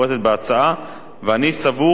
ואני סבור כי ראוי לקבל